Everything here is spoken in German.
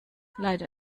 leider